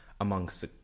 amongst